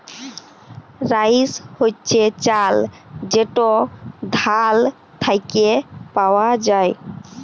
rice হছে চাল যেট ধাল থ্যাইকে পাউয়া যায়